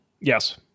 Yes